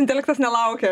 intelektas nelaukia